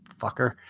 fucker